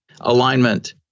alignment